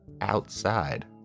outside